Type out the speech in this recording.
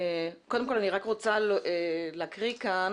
קודם כול, אני רוצה להקריא כאן